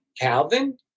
Calvin